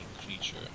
creature